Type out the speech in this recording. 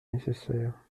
nécessaire